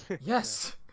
Yes